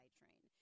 train